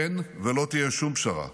אין ולא תהיה שום פשרה